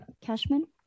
Cashman